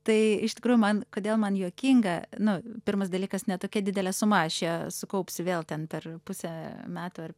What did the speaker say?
tai iš tikrųjų man kodėl man juokinga nu pirmas dalykas ne tokia didelė suma aš ją sukaupsiu vėl ten per pusę metų ar